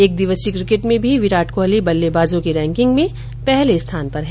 एक दिवसीय क्रिकेट में भी विराट कोहली बल्लेबाजों की रैंकिंग में पहले स्थान पर है